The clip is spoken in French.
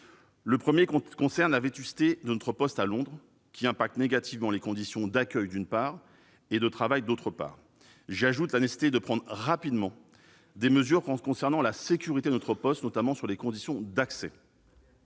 Le premier concerne la vétusté de notre poste à Londres, qui impacte négativement les conditions d'accueil, d'une part, et de travail, d'autre part. J'y ajoute la nécessité de prendre, rapidement, les mesures de renforcement de la sécurité, s'agissant notamment des conditions d'accès.